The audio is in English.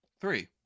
Three